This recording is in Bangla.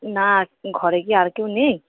না ঘরে কি আর কেউ নেই